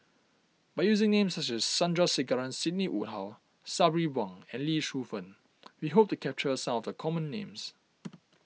by using names such as Sandrasegaran Sidney Woodhull Sabri Buang and Lee Shu Fen we hope to capture some of the common names